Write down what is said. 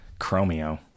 chromio